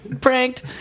Pranked